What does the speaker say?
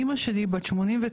אמא שלי בת 89,